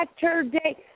Saturday